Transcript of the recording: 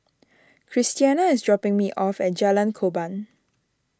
Christiana is dropping me off at Jalan Korban